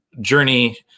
journey